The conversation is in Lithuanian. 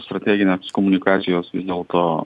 strateginės komunikacijos vis dėlto